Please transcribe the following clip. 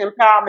Empowerment